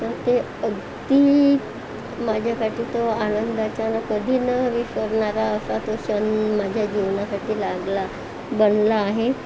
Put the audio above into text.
तर ते अगदी माझ्यासाठी तो आनंदाचा आनी कधी न विसरणारा असा तो क्षण माझ्या जीवनासाठी लागला बनला आहे